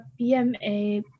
BMA